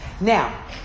Now